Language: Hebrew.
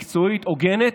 מקצועית, הוגנת,